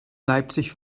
leipzig